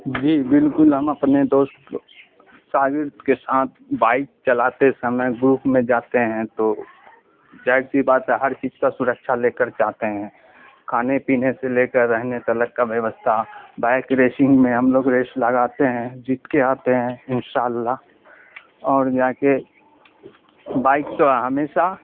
جی بالکل ہم اپنے دوست شاگرد کے ساتھ بائک چلاتے سمے گروپ میں جاتے ہیں تو جاہر سی بات ہے ہر چیز کا سڑکچھا لے کر جاتے ہیں کھانے پینے سے لے کر رہنے تلک کا ویوستھا بائک ریسنگ میں ہم لوگ ریس لگاتے ہیں جیت کے آتے ہیں ان شاء اللہ اور یہاں کے بائک تو ہمیشہ